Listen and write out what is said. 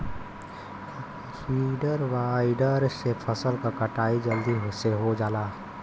reaper binder से फसल क कटाई जलदी से हो जाला